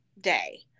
day